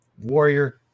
warrior